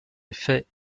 effets